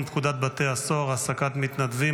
פקודת בתי הסוהר (העסקת מתנדבים),